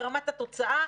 ברמת התוצאה,